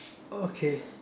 okay